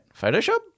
Photoshop